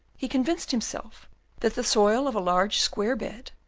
he convinced himself that the soil of a large square bed,